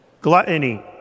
gluttony